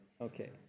Okay